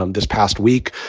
um this past week,